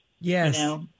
Yes